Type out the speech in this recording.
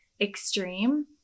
extreme